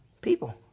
People